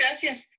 gracias